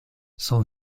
son